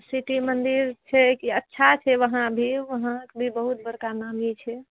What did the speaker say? city मंदिर छै की अच्छा छै वहाँ भी वहाँ भी बहुत बड़का नामी छै